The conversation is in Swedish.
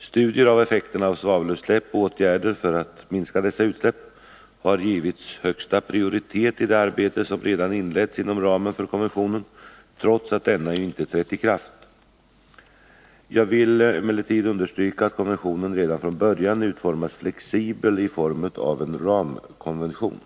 Studier av effekterna av svavelutsläpp och åtgärder för att minska dessa utsläpp har givits högsta prioritet i det arbete som redan inletts inom ramen för konventionen, trots att denna ännu inte trätt i kraft. Jag vill emellertid understryka att konventionen redan från början utformats flexibelt i form av en ramkonvention.